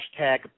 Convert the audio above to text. hashtag